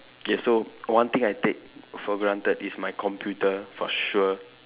okay so one thing I take for granted is my computer for sure